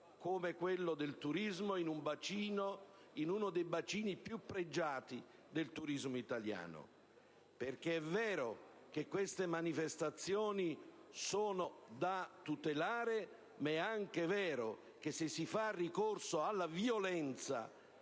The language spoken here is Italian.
come quello del turismo, in una delle zone più pregiate per il turismo italiano. È vero, infatti, che queste manifestazioni sono da tutelare, ma è anche vero che se si fa ricorso alla violenza